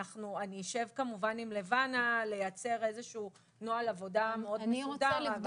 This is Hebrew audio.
אני אשב עם לבנה לייצר נוהל עבודה מסודר.